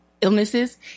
illnesses